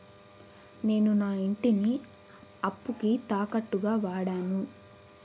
నేను నా ఇంటిని అప్పుకి తాకట్టుగా వాడాను